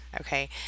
okay